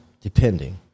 depending